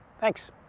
Thanks